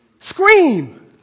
Scream